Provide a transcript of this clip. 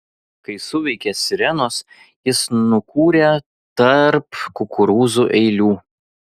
kai suveikė sirenos jis nukūrė tarp kukurūzų eilių